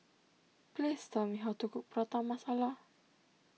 please tell me how to cook Prata Masala